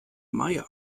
meier